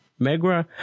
Megra